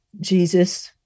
Jesus